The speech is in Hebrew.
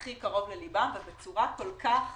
שהכי קרוב לליבם ובצורה כל כך